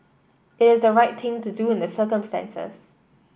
it's the right thing to do in the circumstances